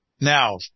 now